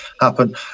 happen